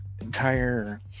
entire